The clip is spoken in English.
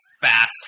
fast